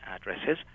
addresses